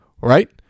Right